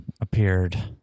appeared